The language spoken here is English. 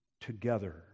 together